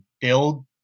build